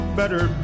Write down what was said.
better